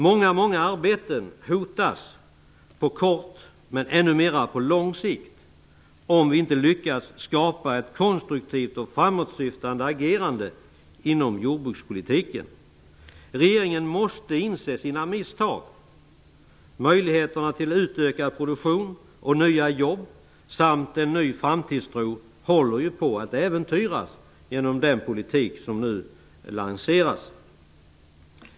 Många arbeten hotas på kort men ännu mera på lång sikt, om vi inte lyckas skapa ett konstruktivt och framåtsyftande agerande inom jordbrukspolitiken. Regeringen måste inse sina misstag. Möjligheterna till utökad produktion och nya jobb samt en ny framtidstro håller ju på att äventyras genom den politik som nu lanseras.